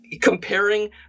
comparing